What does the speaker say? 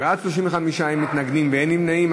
בעד, 35, אין מתנגדים ואין נמנעים.